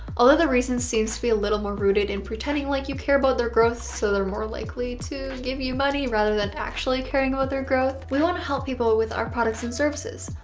although the reason seems to be a little more rooted in pretending like you care about their growth so they're more likely to give you money rather than actually caring about their growth. we want to help people with our products and services.